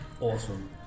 Awesome